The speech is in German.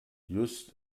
just